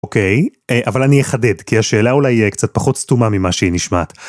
אוקיי אבל אני אחדד כי השאלה אולי קצת פחות סתומה ממה שהיא נשמעת.